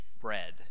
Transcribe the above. bread